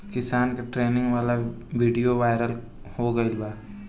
किसान के ट्रेनिंग वाला विडीओ वायरल हो गईल बा